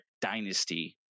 dynasty